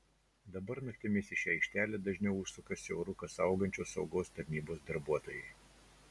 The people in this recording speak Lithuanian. dabar naktimis į šią aikštelę dažniau užsuka siauruką saugančios saugos tarnybos darbuotojai